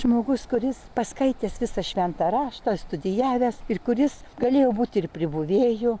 žmogus kuris paskaitęs visą šventą raštą studijavęs ir kuris galėjo būti ir pribuvėju